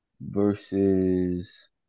versus